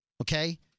Okay